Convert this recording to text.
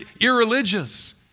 irreligious